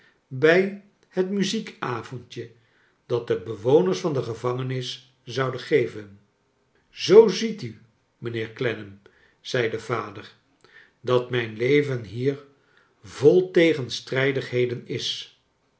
bij het muziekavondje dat de bewoners van de gevangenis zoiiden geven zoo ziet u mijnheer clennam zei de vader dat mijn leven hier vol tegenstrijdigheden is